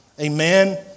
Amen